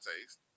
taste